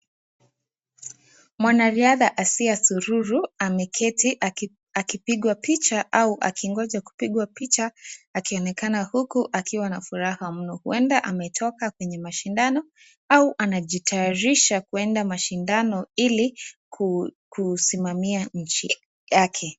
Mwanariadha Asia Sururu ameketi akipigwa picha au akingoja kupigwa picha akionekana huku akiwa na furaha mno. Huenda ametoka kwenye mashindano au anajitayarisha kwenda mashindano ili kusimamia nchi yake.